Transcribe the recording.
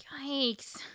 Yikes